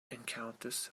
encounters